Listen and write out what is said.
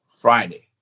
Friday